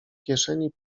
kieszeni